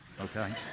okay